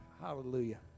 Hallelujah